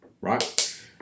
right